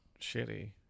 shitty